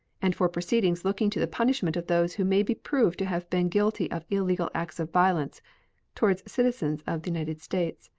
and for proceedings looking to the punishment of those who may be proved to have been guilty of illegal acts of violence toward citizens of the united states,